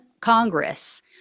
Congress